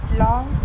long